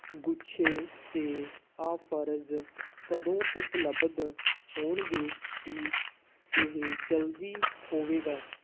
ਗੁੱਛੇ 'ਤੇ ਆਫ਼ਰਜ਼ ਕਦੋਂ ਉਪਲਬਧ ਹੋਣਗੇ ਕੀ ਇਹ ਜਲਦੀ ਹੋਵੇਗਾ